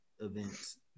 events